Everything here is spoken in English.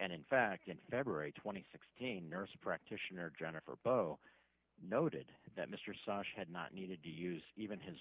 and in fact in february two thousand and sixteen nurse practitioner jennifer bo noted that mr sashi had not needed to use even his